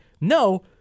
no